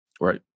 right